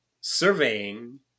surveying